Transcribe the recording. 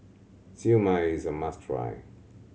Siew Mai is a must try